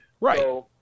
right